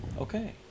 Okay